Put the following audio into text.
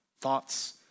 thoughts